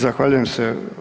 Zahvaljujem se.